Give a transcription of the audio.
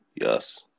Yes